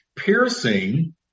piercing